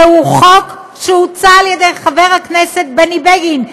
זהו חוק שהציע חבר הכנסת בני בגין,